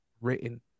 written